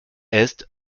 est